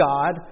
God